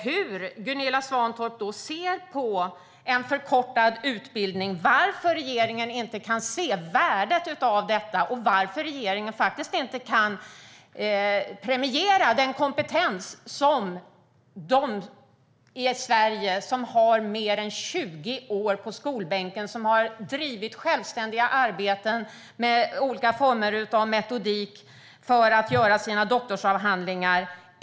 Hur ser Gunilla Svantorp på en förkortad utbildning, varför kan regeringen inte se värdet av detta och varför kan regeringen inte premiera den kompetens som finns hos dem i Sverige som har suttit i skolbänken i mer än 20 år och har drivit självständiga arbeten med olika sorters metodik för att göra sina doktorsavhandlingar?